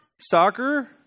Soccer